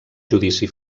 judici